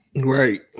right